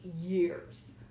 years